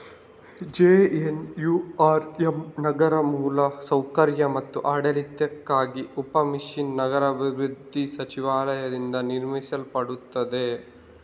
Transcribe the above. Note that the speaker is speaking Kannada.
ಜೆ.ಎನ್.ಯು.ಆರ್.ಎಮ್ ನಗರ ಮೂಲ ಸೌಕರ್ಯ ಮತ್ತು ಆಡಳಿತಕ್ಕಾಗಿ ಉಪ ಮಿಷನ್ ನಗರಾಭಿವೃದ್ಧಿ ಸಚಿವಾಲಯದಿಂದ ನಿರ್ವಹಿಸಲ್ಪಡುತ್ತದೆ